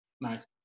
Nice